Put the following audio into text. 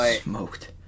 Smoked